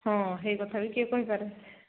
ହଁ ସେଇ କଥା ବି କିଏ କହିପାରେ